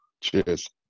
cheers